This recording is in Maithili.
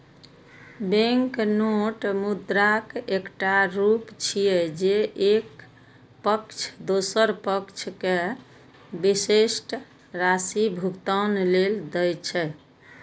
बैंकनोट मुद्राक एकटा रूप छियै, जे एक पक्ष दोसर पक्ष कें विशिष्ट राशि भुगतान लेल दै छै